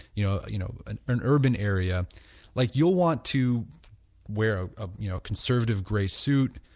you know you know an an urban area like you will want to wear a ah you know conservative grey suit,